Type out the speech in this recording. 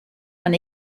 man